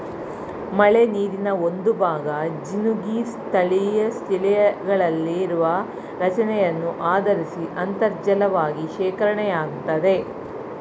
ಮಳೆನೀರಿನ ಒಂದುಭಾಗ ಜಿನುಗಿ ಸ್ಥಳೀಯಶಿಲೆಗಳಲ್ಲಿರುವ ರಚನೆಯನ್ನು ಆಧರಿಸಿ ಅಂತರ್ಜಲವಾಗಿ ಶೇಖರಣೆಯಾಗ್ತದೆ